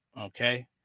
Okay